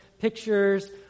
pictures